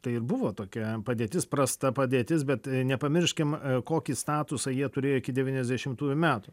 tai ir buvo tokia padėtis prasta padėtis bet nepamirškim kokį statusą jie turėjo iki devyniasdešimtųjų metų